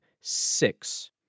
six